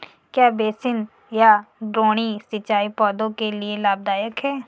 क्या बेसिन या द्रोणी सिंचाई पौधों के लिए लाभदायक है?